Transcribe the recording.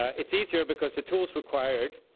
it's easier because the tools required,